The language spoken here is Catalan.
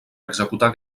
executar